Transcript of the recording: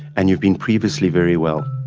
and you've been previously very well.